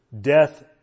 death